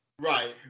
Right